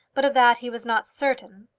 but of that he was not certain.